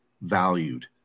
valued